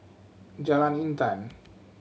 Jalan Intan